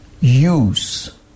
use